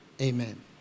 Amen